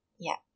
yup